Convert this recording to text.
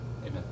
Amen